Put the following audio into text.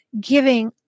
giving